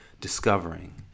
discovering